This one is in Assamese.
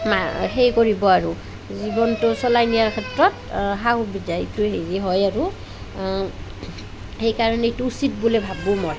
মানে হেৰি কৰিব আৰু জীৱনটো চলায় নিয়াৰ ক্ষেত্ৰত সা সুবিধা এইটো হেৰি হয় আৰু সেইকাৰণে এইটো উচিত বুলি ভাবোঁ মই